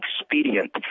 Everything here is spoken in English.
expedient